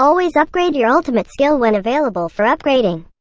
always upgrade your ultimate skill when available for upgrading.